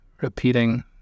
repeating